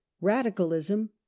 Radicalism